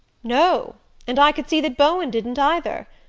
no and i could see that bowen didn't either.